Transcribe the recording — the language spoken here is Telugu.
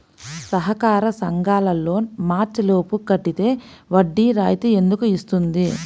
సహకార సంఘాల లోన్ మార్చి లోపు కట్టితే వడ్డీ రాయితీ ఎందుకు ఇస్తుంది?